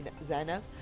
designers